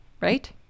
right